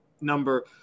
number